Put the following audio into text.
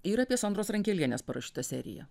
ir apie sondros rankelienės parašytą seriją